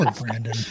Brandon